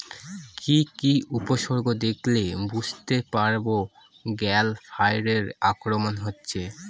কি কি উপসর্গ দেখলে বুঝতে পারব গ্যাল ফ্লাইয়ের আক্রমণ হয়েছে?